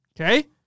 okay